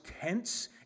tense